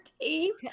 team